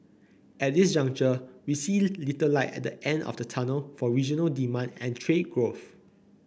at this juncture we see little light at the end of the tunnel for regional demand and trade growth